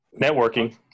Networking